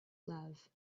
love